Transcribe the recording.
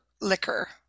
liquor